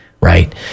right